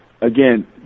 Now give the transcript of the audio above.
Again